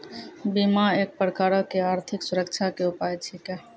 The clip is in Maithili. बीमा एक प्रकारो के आर्थिक सुरक्षा के उपाय छिकै